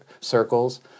circles